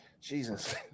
Jesus